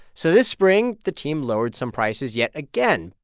so this spring, the team lowered some prices yet again.